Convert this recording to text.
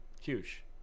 huge